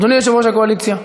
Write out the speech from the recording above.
אדוני יושב-ראש הקואליציה.